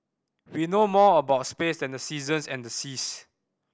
we know more about space than the seasons and the seas